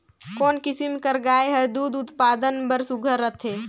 कोन किसम कर गाय हर दूध उत्पादन बर सुघ्घर रथे?